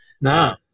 no